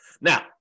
now